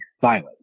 silent